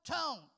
tone